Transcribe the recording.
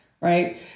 right